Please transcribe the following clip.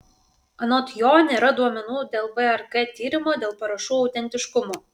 anot jo nėra duomenų dėl vrk tyrimo dėl parašų autentiškumo